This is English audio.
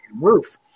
roof